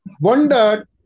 wondered